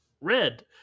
Red